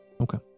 okay